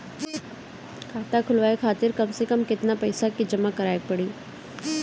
खाता खुलवाये खातिर कम से कम केतना पईसा जमा काराये के पड़ी?